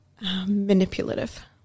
manipulative